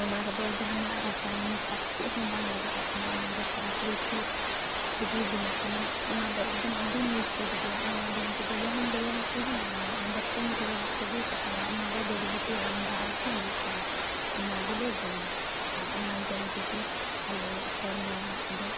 ᱚᱱᱟ ᱨᱮᱫᱚ ᱡᱟᱦᱟᱱᱟᱜ ᱨᱟᱥᱟᱭᱚᱱᱤᱠ ᱠᱷᱟᱫ ᱪᱮᱫ ᱦᱚᱸ ᱵᱟᱝ ᱞᱟᱜᱟᱣ ᱠᱟᱱᱟ ᱚᱱᱟ ᱫᱚ ᱯᱨᱟᱠᱨᱤᱛᱤᱠ ᱛᱮᱜᱮ ᱵᱮᱱᱟᱜ ᱠᱟᱱᱟ ᱚᱱᱟ ᱫᱚ ᱮᱠᱫᱚᱢ ᱟᱹᱰᱤ ᱱᱤᱯᱷᱩᱴ ᱜᱮᱭᱟ ᱚᱱᱟ ᱡᱚᱢ ᱛᱮᱫᱚ ᱡᱟᱦᱟᱱ ᱨᱩᱣᱟᱹ ᱦᱟᱹᱥᱩ ᱦᱚᱸ ᱵᱟᱝ ᱧᱟᱢᱚᱜᱼᱟ ᱵᱚᱨᱪᱚᱝ ᱨᱩᱣᱟᱹ ᱦᱟᱹᱥᱩ ᱜᱮᱭ ᱠᱟᱴᱟᱣᱟ ᱚᱱᱟᱫᱚ ᱡᱟᱹᱲᱤᱵᱩᱴᱤ ᱨᱟᱱ ᱫᱷᱟᱨᱟ ᱦᱚᱸ ᱦᱩᱭᱩᱜ ᱠᱟᱱᱟ ᱚᱱᱟ ᱜᱮᱞᱮ ᱡᱚᱢᱟ ᱟᱨ ᱚᱱᱟ ᱡᱚᱢ ᱛᱮᱜᱮ ᱟᱞᱮᱭᱟᱜ ᱦᱚᱲᱢᱚ ᱫᱚ